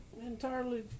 entirely